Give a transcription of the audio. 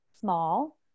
small